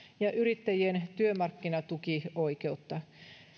ja yrittäjien työmarkkinatukioikeutta